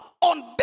on